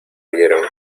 oyeron